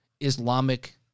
Islamic